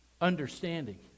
Understanding